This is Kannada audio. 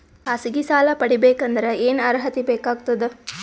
ಖಾಸಗಿ ಸಾಲ ಪಡಿಬೇಕಂದರ ಏನ್ ಅರ್ಹತಿ ಬೇಕಾಗತದ?